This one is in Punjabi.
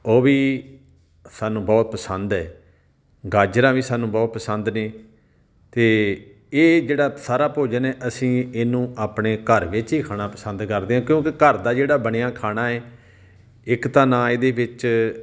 ਉਹ ਵੀ ਸਾਨੂੰ ਬਹੁਤ ਪਸੰਦ ਹੈ ਗਾਜਰਾਂ ਵੀ ਸਾਨੂੰ ਬਹੁਤ ਪਸੰਦ ਨੇ ਅਤੇ ਇਹ ਜਿਹੜਾ ਸਾਰਾ ਭੋਜਨ ਹੈ ਅਸੀਂ ਇਹਨੂੰ ਆਪਣੇ ਘਰ ਵਿੱਚ ਹੀ ਖਾਣਾ ਪਸੰਦ ਕਰਦੇ ਕਿਉਂਕਿ ਘਰ ਦਾ ਜਿਹੜਾ ਬਣਿਆ ਖਾਣਾ ਹੈ ਇੱਕ ਤਾਂ ਨਾ ਇਹਦੇ ਵਿੱਚ